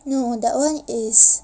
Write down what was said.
no that one is